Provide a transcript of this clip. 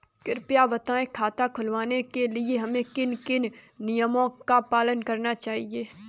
कृपया बताएँ खाता खुलवाने के लिए हमें किन किन नियमों का पालन करना चाहिए?